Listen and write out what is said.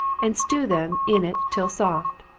and stew them in it till soft,